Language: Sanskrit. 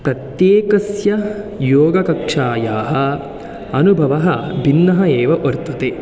प्रत्येकस्य योगकक्षायाः अनुभवः भिन्नः एव वर्तते